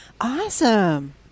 Awesome